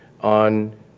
on